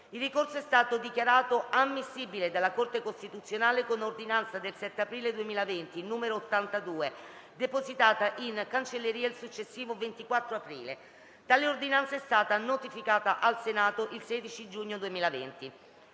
Il ricorso è stato dichiarato ammissibile dalla Corte costituzionale con ordinanza del 7 aprile 2020 n. 82, depositata in cancelleria il successivo 24 aprile. Tale ordinanza è stata notificata al Senato il 16 giugno 2020.